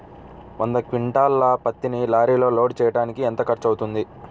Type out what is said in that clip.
వంద క్వింటాళ్ల పత్తిని లారీలో లోడ్ చేయడానికి ఎంత ఖర్చవుతుంది?